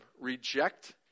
reject